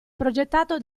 progettato